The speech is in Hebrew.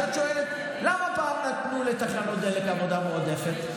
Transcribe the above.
כשאת שואלת: למה פעם נתנו לתחנות דלק עבודה מועדפת?